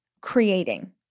creating